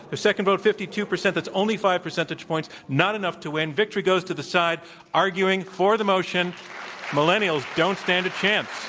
the second vote, fifty two percent. that's only five percentage points, not enough to win. victory goes to the side arguing for the motion millennials don't stand a chance.